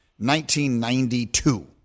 1992